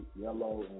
yellow